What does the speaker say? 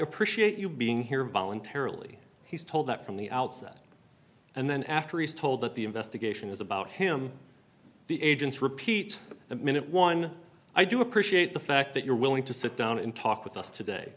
appreciate you being here voluntarily he's told that from the outset and then after east told that the investigation is about him the agents repeat the minute one i do appreciate the fact that you're willing to sit down and talk with us today